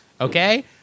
okay